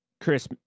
Chris